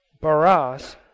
barras